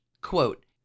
Quote